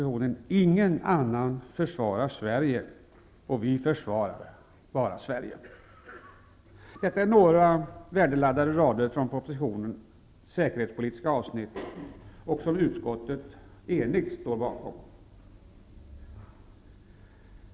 Ingen annan försvarar Sverige, och vi försvarar bara Sverige, sägs det i några värdeladdade rader från propositionens säkerhetspolitiska avsnitt, som utskottet enigt står bakom.